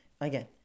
again